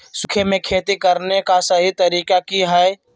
सूखे में खेती करने का सही तरीका की हैय?